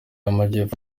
y’amajyepfo